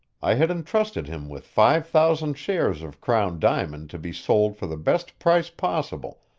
i had entrusted him with five thousand shares of crown diamond to be sold for the best price possible,